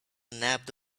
nabbed